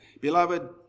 Beloved